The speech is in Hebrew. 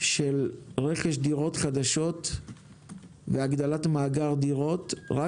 של רכש דירות חדשות והגדלת מאגר דירות רק